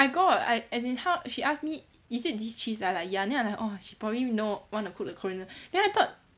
I got I as in 她 she ask me is it this cheese I like ya then I like oh she probably know want to cook the korean then I thought